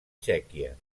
txèquia